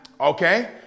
Okay